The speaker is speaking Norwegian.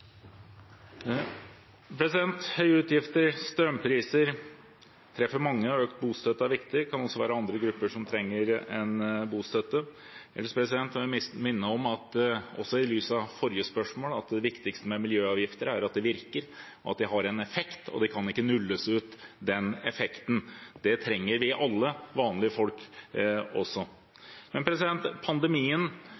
Høye utgifter og strømpriser treffer mange, og økt bostøtte er viktig. Det kan også være andre grupper som trenger bostøtte. Ellers vil jeg minne om, også i lys av forrige spørsmål, at det viktigste med miljøavgifter er at de virker og har en effekt, og den effekten kan ikke nulles ut. Det trenger vi alle – også vanlige folk.